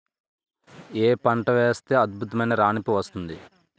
ఏ పంట వేస్తే అద్భుతమైన రాణింపు వస్తుంది?